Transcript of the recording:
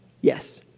Yes